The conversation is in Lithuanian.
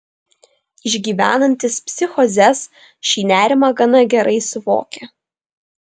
išgyvenantys psichozes šį nerimą gana gerai suvokia